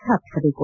ಸ್ವಾಪಿಸಬೇಕು